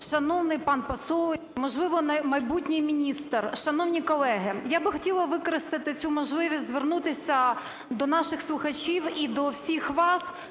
Шановний пан посол і, можливо, майбутній міністр! Шановні колеги! Я би хотіла використати цю можливість звернутися до наших слухачів і до всіх вас